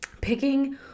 picking